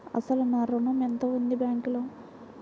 అసలు నా ఋణం ఎంతవుంది బ్యాంక్లో?